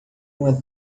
uma